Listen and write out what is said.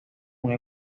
una